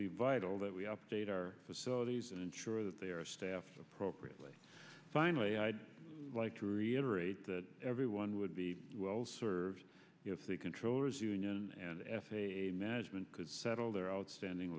be vital that we update our facilities and ensure that they are staffed appropriately finally i'd like to reiterate that everyone would be well served if the controllers union and f a a management could settle their outstanding